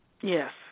Yes